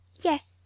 Yes